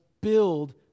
build